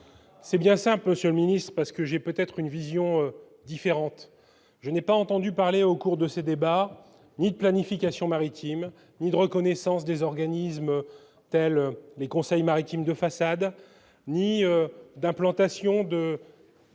c'est un peu Monsieur le Ministre, parce que j'ai peut-être une vision différente, je n'ai pas entendu parlé au cours de ces débats ni planification maritime de reconnaissance des organismes, tels les conseils maritimes de façade, ni d'implantation de.